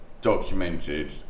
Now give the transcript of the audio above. documented